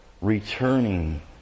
returning